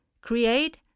create